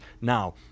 Now